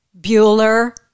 Bueller